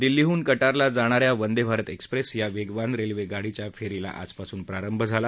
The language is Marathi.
दिल्लीहून कटराला जाणा या वंदेभारत एक्सप्रेस या वेगवान रेल्वेगाडीच्या फेरीला आजपासून प्रारंभ झाला